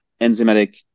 enzymatic